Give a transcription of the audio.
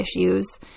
issues